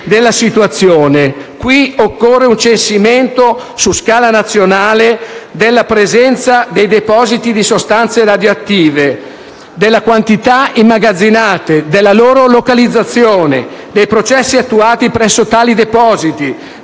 della situazione. In questo caso occorre un censimento su scala nazionale della presenza di depositi di sostanze radioattive, delle quantità immagazzinate, della loro localizzazione, dei processi attuati presso tali depositi,